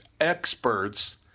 experts